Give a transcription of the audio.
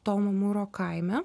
tomo mūro kaime